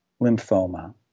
lymphoma